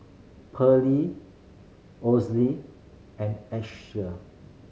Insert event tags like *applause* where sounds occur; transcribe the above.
Pearly *unintelligible* and Asher